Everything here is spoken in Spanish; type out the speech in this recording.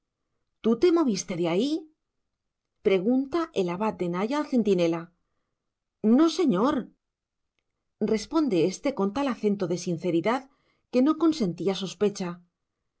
tú te moviste de ahí pregunta el abad de naya al centinela no señor responde éste con tal acento de sinceridad que no consentía sospecha